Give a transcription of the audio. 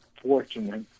fortunate